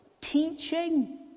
teaching